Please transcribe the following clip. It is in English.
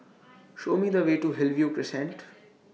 Show Me The Way to Hillview Crescent